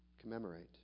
commemorate